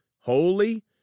holy